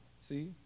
See